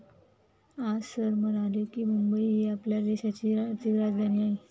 आज सर म्हणाले की, मुंबई ही आपल्या देशाची आर्थिक राजधानी आहे